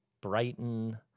Brighton